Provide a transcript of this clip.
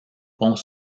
ponts